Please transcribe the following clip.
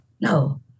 No